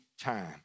time